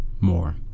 more